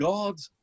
God's